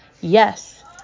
Yes